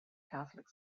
catholic